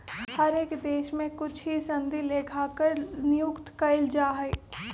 हर एक देश में कुछ ही सनदी लेखाकार नियुक्त कइल जा हई